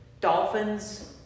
Dolphins